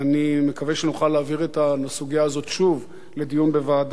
אני מקווה שנוכל להעביר את הסוגיה הזאת לדיון בוועדה,